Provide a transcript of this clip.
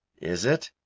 is it?